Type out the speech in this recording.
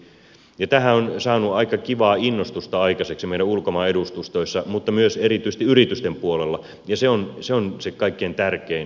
tämähän on saanut aika kivaa innostusta aikaiseksi meidän ulkomaan edustustoissa mutta myös erityisesti yritysten puolella ja se on se kaikkein tärkein palaute